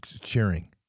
cheering